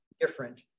different